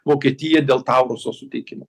vokietiją dėl tauruso suteikimo